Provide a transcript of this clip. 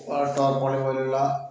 tarpaulin പോലുള്ള